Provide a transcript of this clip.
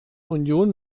union